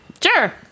Sure